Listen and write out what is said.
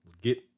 get